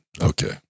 Okay